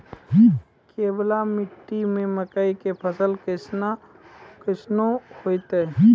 केवाल मिट्टी मे मकई के फ़सल कैसनौ होईतै?